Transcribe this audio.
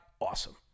awesome